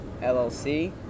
LLC